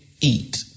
eat